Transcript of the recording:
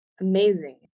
Amazing